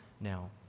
now